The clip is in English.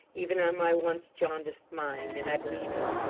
even on my once-jaundiced mind, and i believe you.